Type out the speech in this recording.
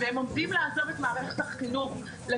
והם עומדים לעזוב את מערכת החינוך בגלל גפ"ן,